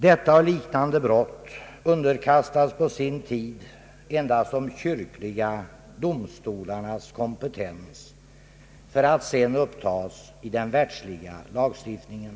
Detta och liknande brott underkastades på sin tid endast de kyrkliga domstolarnas kompetens för att sedan upptas i den världsliga lagstiftningen.